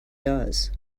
does